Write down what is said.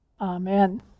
Amen